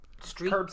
street